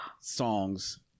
songs